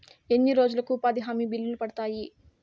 ఎన్ని రోజులకు ఉపాధి హామీ బిల్లులు పడతాయి?